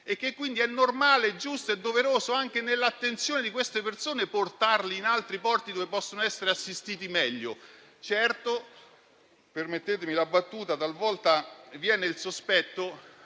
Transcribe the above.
e che quindi è normale, giusto e doveroso anche nei confronti di queste persone portarle in altri porti dove possono essere assistite meglio?